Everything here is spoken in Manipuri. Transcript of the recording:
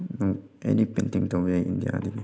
ꯅꯪ ꯑꯦꯅꯤ ꯄꯦꯟꯇꯤꯡ ꯇꯧꯕ ꯌꯥꯏ ꯏꯟꯗꯤꯌꯥꯗꯗꯤ